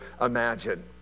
imagine